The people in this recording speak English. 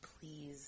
please